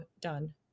done